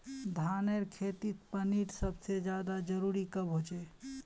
धानेर खेतीत पानीर सबसे ज्यादा जरुरी कब होचे?